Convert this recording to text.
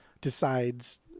decides